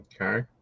Okay